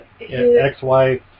ex-wife